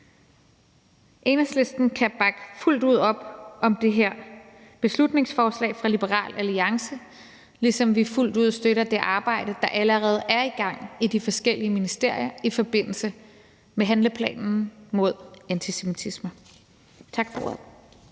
Enhedslisten kan fuldt ud bakke op om det her beslutningsforslag fra Liberal Alliance, ligesom vi fuldt ud støtter det arbejde, der allerede er i gang i de forskellige ministerier i forbindelse med handleplanen mod antisemitisme. Tak for ordet.